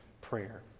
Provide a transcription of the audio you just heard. prayer